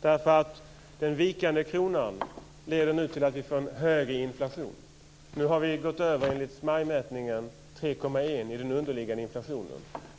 därför att den vikande kronan leder nu till att vi får en högre inflation. Nu har den underliggande inflationen enligt majmätningen gått över 3,1 %.